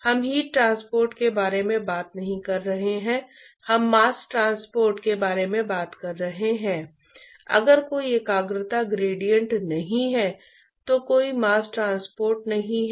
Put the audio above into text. और वह heat transport या मास्स ट्रांसपोर्ट को बढ़ाने वाला है